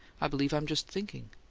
i believe i'm just thinking.